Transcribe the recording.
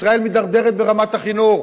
ישראל מידרדרת ברמת החינוך.